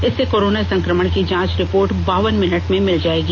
इससे कोरोना संक्रमण की जांच रिपोर्ट बावन मिनट में मिल जाएगी